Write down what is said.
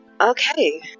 Okay